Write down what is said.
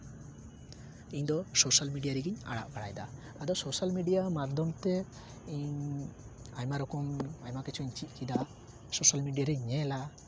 ᱤᱧ ᱫᱚ social media ᱨᱮᱜᱤᱧ ᱟᱲᱟᱜ ᱵᱟᱲᱟᱭ ᱫᱟ ᱟᱫᱚ ᱥᱳᱥᱟᱞ ᱢᱤᱰᱤᱭᱟ ᱢᱟᱫᱽᱫᱷᱚᱢ ᱛᱮ ᱤᱧ ᱟᱭᱢᱟ ᱨᱚᱠᱚᱢ ᱟᱭᱢᱟ ᱠᱤᱪᱷᱩᱧ ᱪᱮᱫ ᱠᱮᱫᱟ ᱥᱳᱥᱟᱞ ᱢᱤᱰᱤᱭᱟ ᱨᱤᱧ ᱧᱮᱞᱟ